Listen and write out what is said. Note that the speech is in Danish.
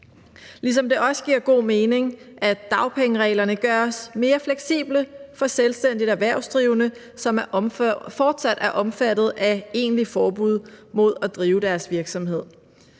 giver det også god mening, at dagpengereglerne gøres mere fleksible for selvstændigt erhvervsdrivende, som fortsat er omfattet af egentligt forbud mod at drive deres virksomhed.